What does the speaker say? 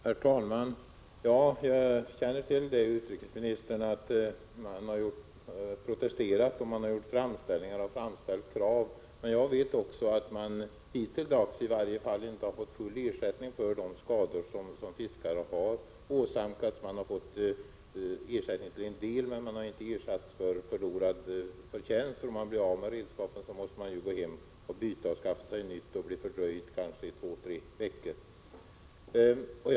Herr talman! Jag känner till, utrikesministern, att fiskarna har protesterat, gjort framställningar och framfört krav. Men jag vet också att de i varje fall hittilldags inte har fått full ersättning för de skador som de åsamkats. De har fått ersättning till en del, men de har inte ersatts för förlorad förtjänst — om de blir av med redskapen måste de återvända hem och byta dem eller kanske skaffa sig nya, och det kan göra att de blir fördröjda två tre veckor.